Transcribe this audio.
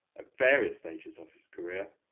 at various stages of his career